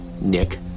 Nick